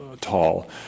tall